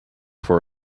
for